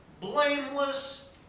blameless